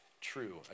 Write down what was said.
true